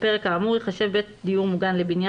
הפרק האמור ייחשב בית דיור מוגן ל"בניין